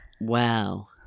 Wow